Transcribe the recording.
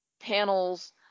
panels